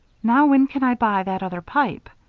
now when can i buy that other pipe?